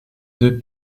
deux